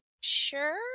Sure